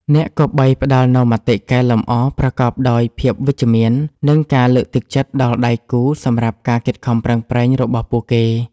អ្នកគប្បីផ្ដល់នូវមតិកែលម្អប្រកបដោយភាពវិជ្ជមាន និងការលើកទឹកចិត្តដល់ដៃគូសម្រាប់ការខិតខំប្រឹងប្រែងរបស់ពួកគេ។